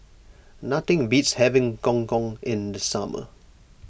nothing beats having Gong Gong in the summer